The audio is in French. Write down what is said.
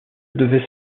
devait